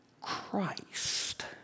Christ